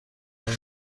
مردن